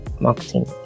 marketing